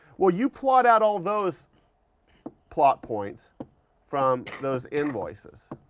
well you plot out all those plot points from those invoices.